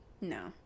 no